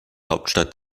hauptstadt